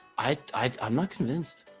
i i i'm not convinced